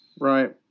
Right